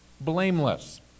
blameless